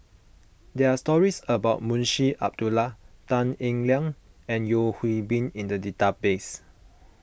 there are stories about Munshi Abdullah Tan Eng Liang and Yeo Hwee Bin in the database